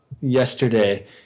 yesterday